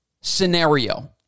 scenario